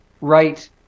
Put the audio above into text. right